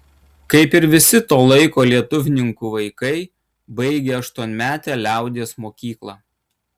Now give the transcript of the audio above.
kaip ir visi to laiko lietuvininkų vaikai baigė aštuonmetę liaudies mokyklą